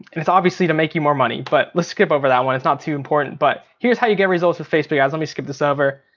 it's obviously to make you more money. but let's skip over that one, that's not too important. but here's how you get results with facebook ads. let me skip this over.